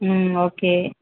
ம் ஓகே